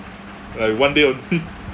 like one day only